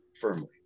firmly